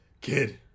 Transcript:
Kid